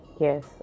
yes